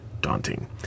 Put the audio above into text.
daunting